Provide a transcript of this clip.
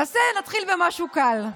נתחיל במשהו קל.